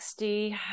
60